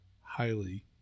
highly